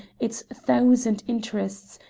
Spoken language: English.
its thousand interests,